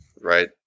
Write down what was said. right